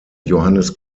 johannes